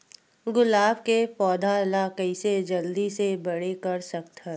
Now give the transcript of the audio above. गुलाब के पौधा ल कइसे जल्दी से बड़े कर सकथन?